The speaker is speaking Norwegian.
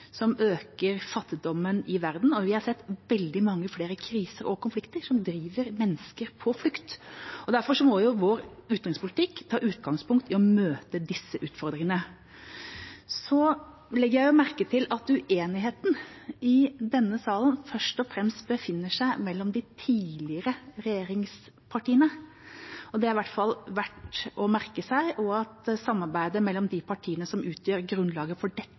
som øker fattigdommen i verden, og vi har sett veldig mange flere kriser og konflikter som driver mennesker på flukt. Derfor må vår utenrikspolitikk ta utgangspunkt i å møte disse utfordringene. Så legger jeg merke til at uenigheten i denne salen først og fremst befinner seg mellom de tidligere regjeringspartiene, og det er i hvert fall verdt å merke seg, og at uenigheten mellom de partiene som utgjør grunnlaget for dette